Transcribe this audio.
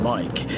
Mike